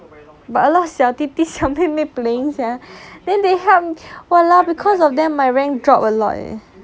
but a a lot of 小弟弟小妹妹 playing sia then help !walao! cause of them my rank drop a lot leh